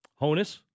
Honus